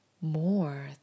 more